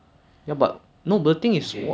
ya I I always say try to keep the guy in the lane